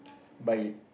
buy it